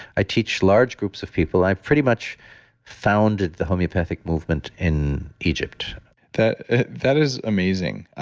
i teach large groups of people. i've pretty much founded the homeopathic movement in egypt that that is amazing.